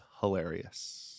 hilarious